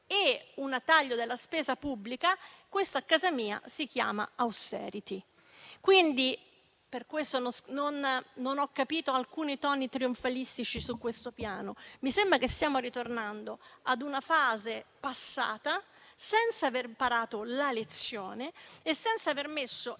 e un taglio della spesa pubblica, questo a casa mia si chiama *austerity*. Pertanto, non ho capito alcuni toni trionfalistici su questo Piano. Mi sembra che stiamo tornando ad una fase passata, senza aver imparato la lezione. Non serviva